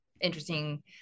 interesting